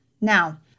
Now